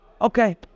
Okay